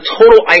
total